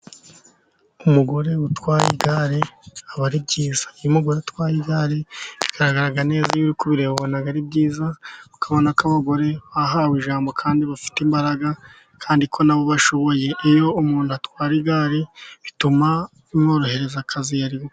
Umugore utwaye igare aba ari byiza, iyo umugore atwaye igare bigaragara neza, iyo uri kubireba ubona ari byiza ukabona ko abagore bahawe ijambo, kandi bafite imbaraga, kandi ko nabo bashoboye, iyo umuntu atwara igare bituma bimworohereza akazi yari bukore.